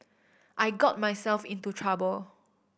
I got myself into trouble